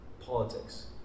Politics